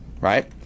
right